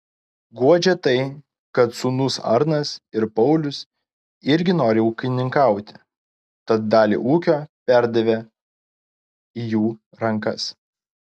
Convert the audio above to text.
guodžia tai kad sūnūs arnas ir paulius irgi nori ūkininkauti tad dalį ūkio perdavė į jų rankas